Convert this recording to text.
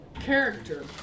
character